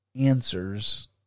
answers